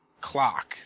clock